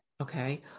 Okay